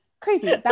crazy